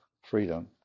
freedom